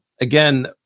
Again